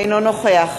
אינו נוכח